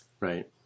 right